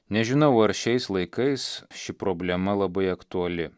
nežinau ar šiais laikais ši problema labai aktuali